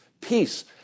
peace